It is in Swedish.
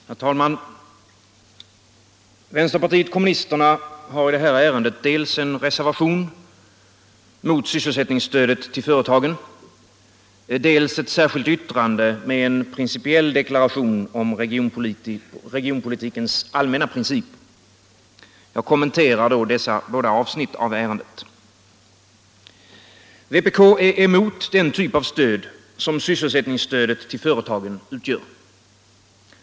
Herr talman! Vänsterpartiet kommunisterna har i detta ärende dels en reservation mot sysselsättningsstödet till företagen, dels ett särskilt yttrande med en principiell deklaration om regionpolitikens allmänna principer. Jag kommenterar dessa båda avsnitt av ärendet. Vpk är emot den typ av stöd som sysselsättningsstödet till företagen utgör.